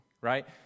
Right